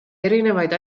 erinevaid